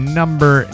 number